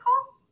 call